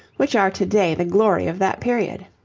which are to-day the glory of that period.